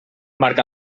marc